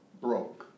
broke